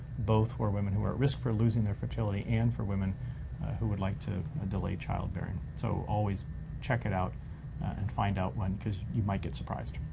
both for women who are at risk for losing their fertility and for women who would like to ah delay childbearing. so always check it out and find out when, cause you might get surprised.